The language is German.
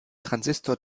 transistor